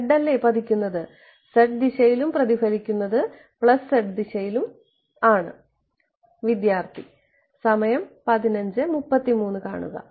z അല്ലേ പതിക്കുന്നത് z ദിശയിലും പ്രതിഫലിക്കുന്നത് z ദിശയിലും ആണ്